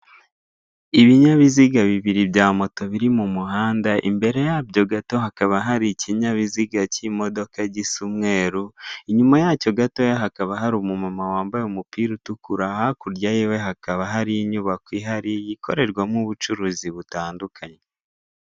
Ibinyabiziga bibiri bya moto biri mu muhanda, imbere yabyo gato hakaba hari ikinyabiziga k'imodoka gisa umweru, inyuma yacyo gatoya hakaba hari umumama wambaye umupira utukura, hakurya yiwe hakaba hari inyubako ihari ikorerwamo ubucuruzi butandukanye.